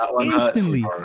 Instantly